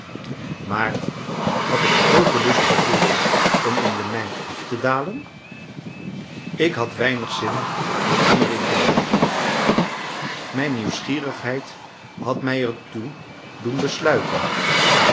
maar had ik grooten lust gevoeld om in de mijn af te dalen ik had weinig zin om er in te blijven mijn nieuwsgierigheid had mij er toe doen besluiten